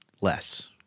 less